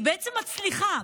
והיא בעצם מצליחה,